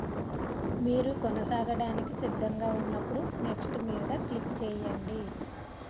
మీరు కొనసాగడానికి సిద్ధంగా ఉన్నప్పుడు నెక్ట్స్ మీద క్లిక్ చేయండి